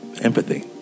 empathy